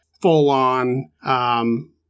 full-on